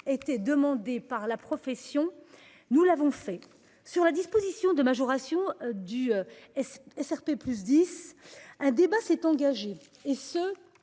était demandée par la profession ; nous l'avons prévue. Sur la disposition de majoration SRP+10, un débat s'est engagé,